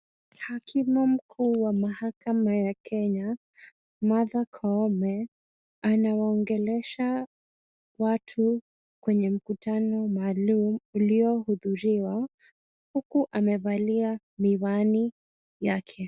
Hakimu mkuu wa mahakama ya Kenya Martha Koome. Anawaongelesha watu kwenye mkutano maalum uliohudhuriwa huku amevalia miwani yake.